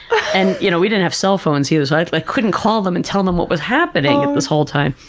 and you know we didn't have cell phones either so i like couldn't call them and tell them what was happening and this whole time.